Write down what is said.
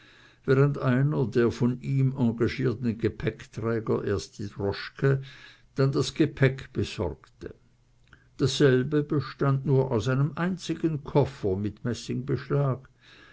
während einer der von ihm engagierten gepäckträger erst die droschke dann das gepäck besorgte dasselbe bestand nur aus einem einzigen koffer mit